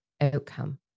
outcome